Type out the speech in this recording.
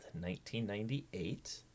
1998